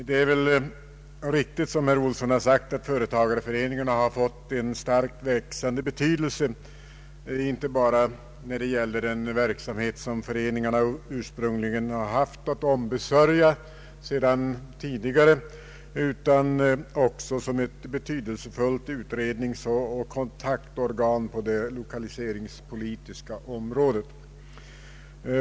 Det är riktigt som herr Johan Olsson har sagt, att företagareföreningarna har fått en starkt växande betydelse, inte bara när det gäller den verksamhet föreningarna ursprungligen haft att ombesörja utan också i egenskap av ett betydelsefullt utredningsoch kontaktorgan på det lokaliseringspolitiska området.